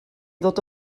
ddod